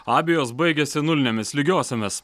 abejos baigėsi nulinėmis lygiosiomis